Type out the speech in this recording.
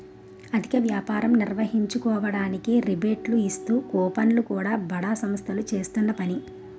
అధిక వ్యాపారం నిర్వహించుకోవడానికి రిబేట్లు ఇస్తూ కూపన్లు ను బడా సంస్థలు చేస్తున్న పని